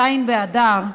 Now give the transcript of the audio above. ז' באדר,